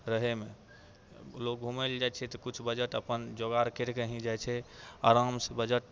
रहैमे लोक घुमैले जाइ छै तऽ कुछ बजट अपन जोगार करिके ही जाइ छै आरामसँ बजट